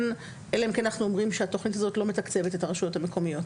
אלא אם כן אנחנו אומרים שהתוכנית הזאת לא מתקצבת את הרשויות המקומיות